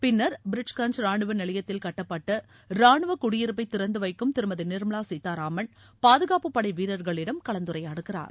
பின்னர் பிரிட்ஜ்கன்ஞ் ராணுவ நிலையத்தில் கட்டப்பட்ட ராணுவ குடியிருப்பை திறந்து வைக்கும் திருமதி நிர்மலா சீதாராமன் பாதுகாப்பு படை வீரர்களிடம் கலந்துரையாடுகிறார்